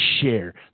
share